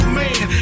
man